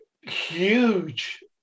huge